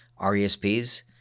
RESPs